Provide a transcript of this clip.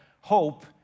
hope